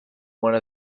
one